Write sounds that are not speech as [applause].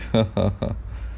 [laughs]